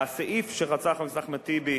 והסעיף שרצה חבר הכנסת אחמד טיבי,